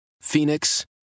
Phoenix